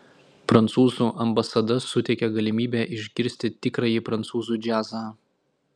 prancūzų ambasada suteikia galimybę išgirsti tikrąjį prancūzų džiazą